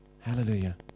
Hallelujah